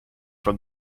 from